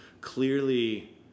clearly